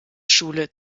schule